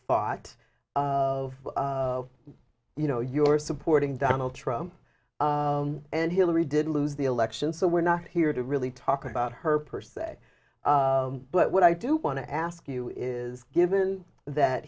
thought of you know your supporting donald trump and hillary did lose the election so we're not here to really talk about her per se but what i do want to ask you is given that